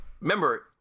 remember